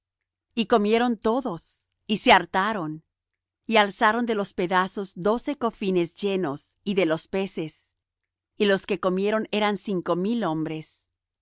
y comieron todos y se hartaron y alzaron de los pedazos doce cofines llenos y de los peces y los que comieron eran cinco mil hombres